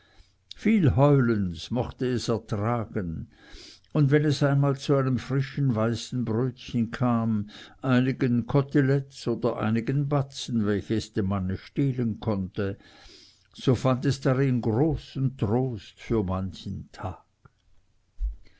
viel heulens mochte es ertragen und wenn es einmal zu einem frischen weißen brötchen kam einigen cotelettes oder einigen batzen welche es dem manne stehlen konnte so fand es darin großen trost für manchen tag